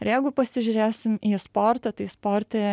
ir jeigu pasižiūrėsim į sportą tai sporte